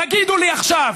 תגידו לי עכשיו.